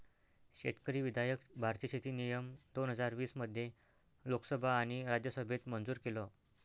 शेतकरी विधायक भारतीय शेती नियम दोन हजार वीस मध्ये लोकसभा आणि राज्यसभेत मंजूर केलं